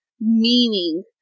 meaning